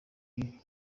bihe